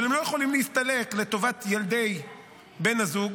אבל הם לא יכולים להסתלק לטובת ילדי בן הזוג